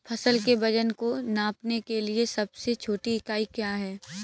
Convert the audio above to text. फसल के वजन को नापने के लिए सबसे छोटी इकाई क्या है?